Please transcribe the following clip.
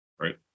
right